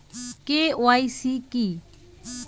KYC কী?